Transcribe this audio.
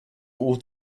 ought